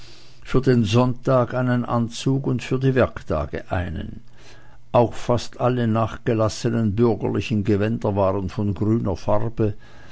für den sonntag einen anzug und für die werktage einen auch fast alle nachgelassenen bürgerlichen gewänder waren von grüner farbe